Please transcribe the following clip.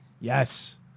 Yes